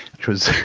which was